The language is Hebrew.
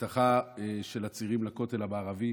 האבטחה של הצירים לכותל המערבי